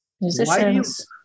musicians